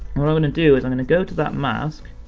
what i'm gonna do is i'm gonna go to that mask,